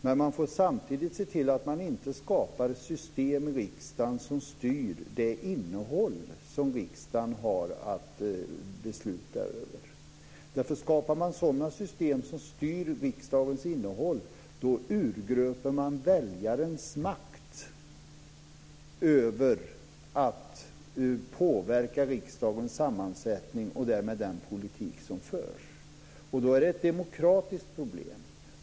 Men man får samtidigt se till att man inte skapar system i riksdagen som styr det innehåll som riksdagen har att besluta över. Skapar man sådana system som styr riksdagens innehåll urgröper man väljarens makt över att påverka riksdagens sammansättning och därmed den politik som förs. Då är det ett demokratiskt problem.